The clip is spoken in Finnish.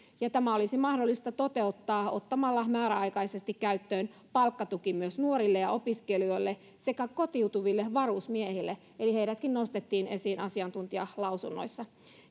tämä olisi mahdollista toteuttaa ottamalla määräaikaisesti käyttöön palkkatuki myös nuorille ja opiskelijoille sekä kotiutuville varusmiehille eli heidätkin nostettiin esiin asiantuntijalausunnoissa